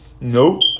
Nope